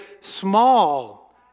small